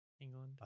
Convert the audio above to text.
England